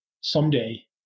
someday